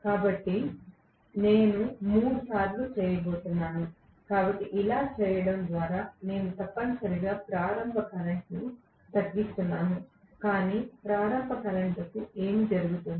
కాబట్టి నేను మూడు సార్లు చేయబోతున్నాను కాబట్టి ఇలా చేయడం ద్వారా నేను తప్పనిసరిగా ప్రారంభ కరెంట్ను తగ్గిస్తున్నాను కాని ప్రారంభ టార్క్కు ఏమి జరుగుతుంది